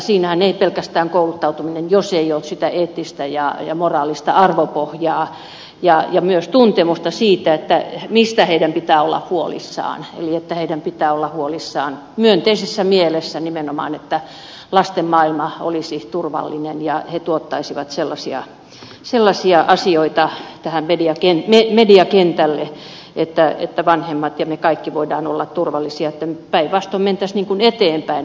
siinähän ei pelkästään kouluttautuminen riitä jos ei ole sitä eettistä ja moraalista arvopohjaa ja myös tuntemusta siitä mistä heidän pitää olla huolissaan eli heidän pitää olla huolissaan myönteisessä mielessä nimenomaan että lasten maailma olisi turvallinen ja he tuottaisivat sellaisia asioita tähän mediakentälle että vanhemmat ja me kaikki voimme olla turvallisin mielin että päinvastoin mentäisiin eteenpäin